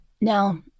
Now